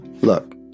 Look